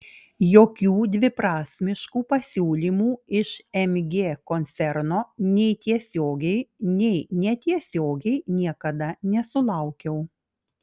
jokių dviprasmiškų pasiūlymų iš mg koncerno nei tiesiogiai nei netiesiogiai niekada nesulaukiau